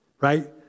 right